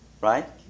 right